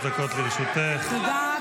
אלה שמבקרים את המהלך הזה,